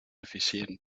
eficient